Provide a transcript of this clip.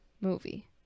movie